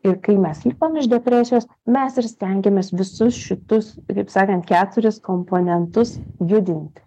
ir kai mes lipame iš depresijos mes ir stengiamės visus šitus kitaip sakant keturis komponentus judinti